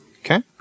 Okay